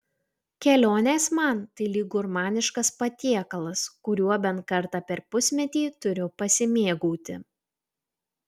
kelionės man tai lyg gurmaniškas patiekalas kuriuo bent kartą per pusmetį turiu pasimėgauti